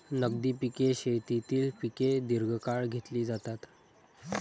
नगदी पिके शेतीतील पिके दीर्घकाळ घेतली जातात